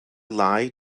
lie